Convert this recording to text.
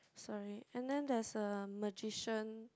sorry and then there's a magician